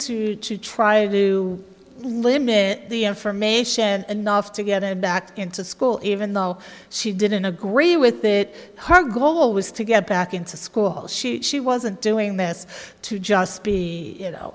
to to try to limit the information enough to get him back into school even though she didn't agree with it her goal was to get back into school she she wasn't doing this to just be